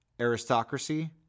aristocracy